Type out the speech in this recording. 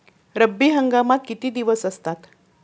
रब्बी हंगामात किती दिवस असतात?